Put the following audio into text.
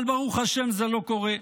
אבל ברוך השם זה לא קורה,